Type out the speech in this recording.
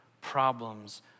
problems